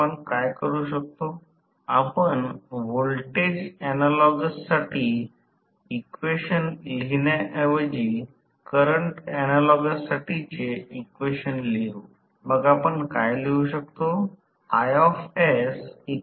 तर म्हणूनच येथे लिहिले आहे मोटरिंग पद्धत आणि स्लिप हे 0 च्या दरम्यान असेल आणि या आकृतीतील स्लिप हे 1 किंवा 0 मध्ये राहेल आणि येथे ते 1 आहे